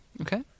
Okay